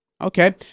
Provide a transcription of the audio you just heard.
Okay